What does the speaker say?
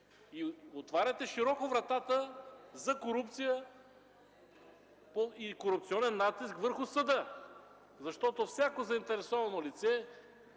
Отваряте широко вратата за корупция и корупционен натиск върху съда. Всяко заинтересовано лице